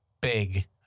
big